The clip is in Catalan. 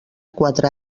quatre